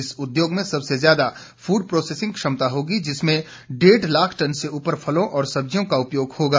इस उद्योग सबसे ज्यादा फूड प्रोसेसिंग क्षमता होगी जिसमें डेढ़ लाख टन से उपर फलों और सब्जियों का उपयोग होगा